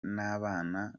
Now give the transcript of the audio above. n’abana